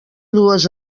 dues